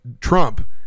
Trump